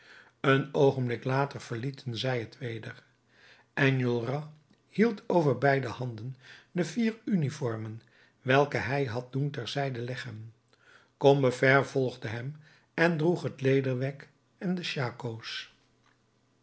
een oogenblik later verlieten zij het weder enjolras hield over beide handen de vier uniformen welke hij had doen ter zijde leggen combeferre volgde hem en droeg het lederwerk en de